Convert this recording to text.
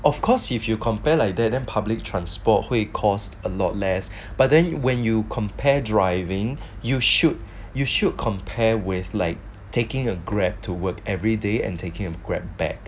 of course if you compare like that then public transport 会 cost a lot less but then when you compare driving you should you should compare with like taking a Grab to work every day and taking a Grab back